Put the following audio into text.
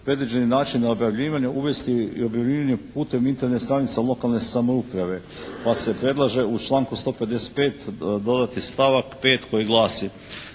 predviđenih načina objavljivanja uvesti i objavljivanje putem Internet stranica lokalne samouprave pa se predlaže u članku 155. dodati stavak 5. koji glasi: